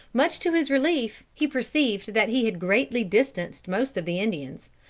much to his relief he perceived that he had greatly distanced most of the indians,